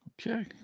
Okay